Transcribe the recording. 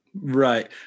right